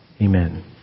Amen